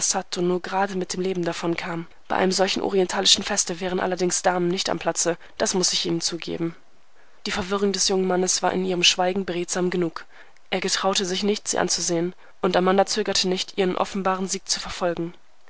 nur gerade mit dem leben davonkam bei einem solchen orientalischen feste wären allerdings damen nicht am platze daß muß ich ihnen zugeben die verwirrung des jungen mannes war in ihrem schweigen beredsam genug er getraute sich nicht sie anzusehen und amanda zögerte nicht ihren offenbaren sieg zu verfolgen